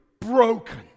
broken